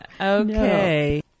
Okay